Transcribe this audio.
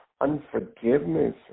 unforgiveness